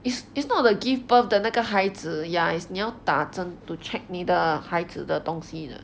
it's it's not the give birth the 那个孩子 ya is 你要打针 to check 你的孩子的东西的